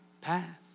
Path